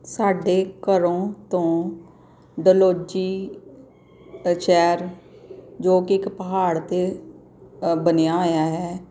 ਸਾਡੇ ਘਰ ਤੋਂ ਡਲਹੌਜ਼ੀ ਸ਼ਹਿਰ ਜੋ ਕਿ ਇੱਕ ਪਹਾੜ 'ਤੇ ਬਣਿਆ ਹੋਇਆ ਹੈ